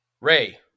Ray